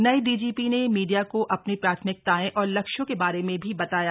नए डीजीपी ने मीडिया को अपनी प्राथमिकताएं और लक्ष्यों के बारे में भी बताया